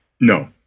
No